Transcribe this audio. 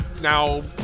Now